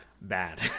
bad